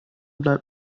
bleibt